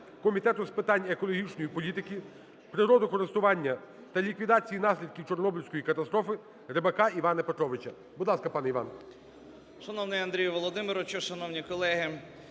Комітету з питань екологічної політики, природокористування та ліквідації наслідків Чорнобильської катастрофи Рибака Івана Петровича. Будь ласка, пане Іван. 17:44:13 РИБАК І.П. Шановний Андрій Володимирович, шановні колеги,